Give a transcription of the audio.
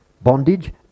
bondage